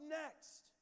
next